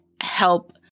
help